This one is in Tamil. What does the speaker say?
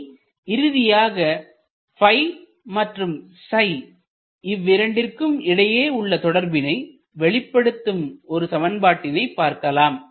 இனி இறுதியாக மற்றும் இவ்விரண்டிற்கும் இடையே உள்ள தொடர்பினை வெளிப்படுத்தும் ஒரு சமன்பாட்டினை பார்க்கலாம்